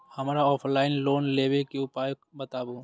हमरा offline loan लेबे के उपाय बतबु?